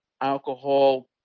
alcohol